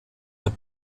der